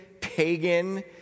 pagan